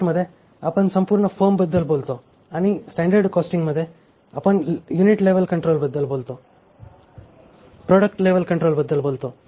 बजेटमध्ये आपण संपूर्ण फर्मबद्दल बोलतो आणि स्टँडर्ड कॉस्टिंगमध्ये आपण युनिट लेव्हल कंट्रोलबद्दल बोलतो प्रॉडक्ट लेव्हल कंट्रोलबद्दल बोलतो